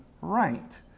right